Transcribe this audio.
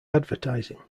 advertising